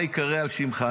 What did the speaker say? מה ייקרא על שמך.